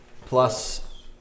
plus